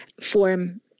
form